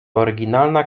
oryginalna